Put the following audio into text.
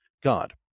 God